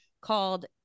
called